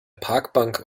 parkbank